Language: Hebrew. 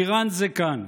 איראן זה כאן.